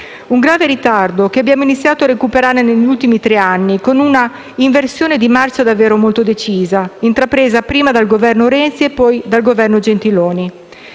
Un grave ritardo che abbiamo iniziato a recuperare negli ultimi tre anni, con una inversione di marcia davvero molto decisa, intrapresa prima dal Governo Renzi e poi dal Governo Gentiloni